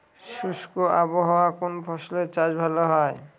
শুষ্ক আবহাওয়ায় কোন ফসলের চাষ ভালো হয়?